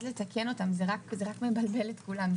לכן אנחנו מנסים כמה שיותר להימנע ממנו,